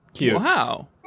Wow